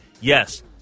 Yes